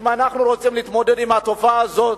שאם אנחנו רוצים להתמודד עם התופעה הזאת,